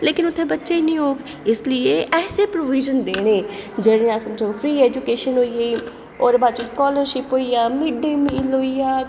लेकिन उत्थें बच्चे निं होग इसलिए करियै एह् जेह् प्रोविज़न देने जेह्ड़े अस फ्री ऐजूकेशन होई होर बाकी स्कॉलरशिप होइया मिड डे मील होइया